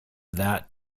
that